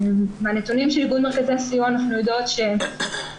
מהנתונים של ארגון מרכזי הסיוע אנחנו יודעות ש-60%